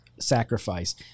sacrifice